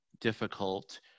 difficult